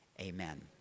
Amen